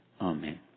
Amen